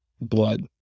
blood